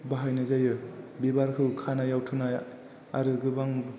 बाहायनाय जायो बिबारखौ खानाइयाव थुनाय आरो गोबां